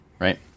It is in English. right